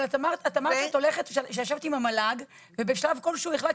אבל את אמרת שישבת עם המל"ג ובשלב כלשהו החלטת,